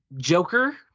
Joker